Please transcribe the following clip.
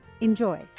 Enjoy